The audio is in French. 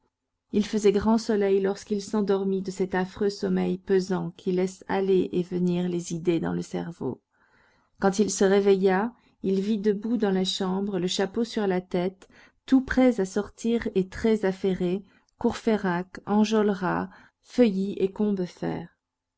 il faisait grand soleil lorsqu'il s'endormit de cet affreux sommeil pesant qui laisse aller et venir les idées dans le cerveau quand il se réveilla il vit debout dans la chambre le chapeau sur la tête tout prêts à sortir et très affairés courfeyrac enjolras feuilly et